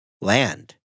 land